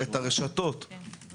אתם